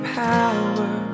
power